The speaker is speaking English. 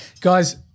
guys